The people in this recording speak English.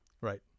right